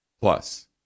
Plus